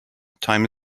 time